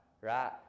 right